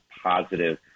positive